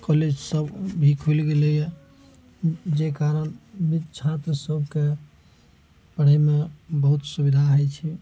college सब भी खुलि गेलइए जाहि कारण ओइमे छात्र सबके पढ़यमे बहुत सुविधा होइ छै